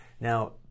Now